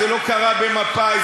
זה לא קרה במפא"י,